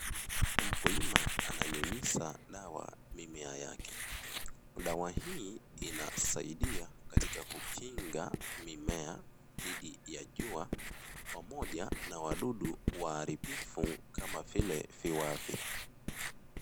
Mkulima ananyunyiza dawa mimea yake. Dawa hii inasaidia katika kukinga mimea dhidi ya jua pamoja na wadudu waharibifu kama vile viwavi.